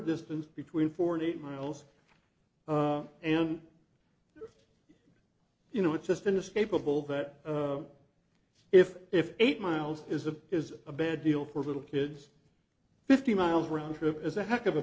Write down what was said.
distance between four and eight miles and you know it's just inescapable that if if eight miles is a is a bad deal for little kids fifty miles round trip is a heck of a